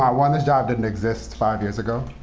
one, this job didn't exist five years ago.